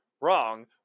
wrong